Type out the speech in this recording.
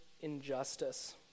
injustice